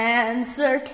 answer